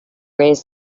raise